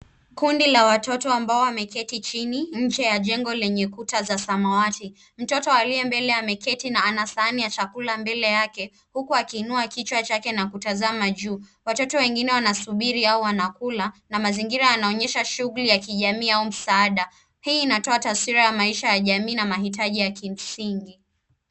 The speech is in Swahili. Kundi la watoto ambao wameketi chini, nje ya jengo lenye kuta za samawati. Mtoto aliye mbele ameketi na ana sahani ya chakula mbele yake, huku akiinua kichwa chake na kutazama juu. Watoto wengine wanasubiri au wanakula, na mazingira yanaonyesha shughuli ya kijamii, au msaada. Hii inatoa taswira ya maisha ya jamii, na mahitaji ya kimsingi.